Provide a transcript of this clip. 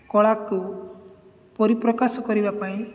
କଳାକୁ ପରିପ୍ରକାଶ କରିବା ପାଇଁ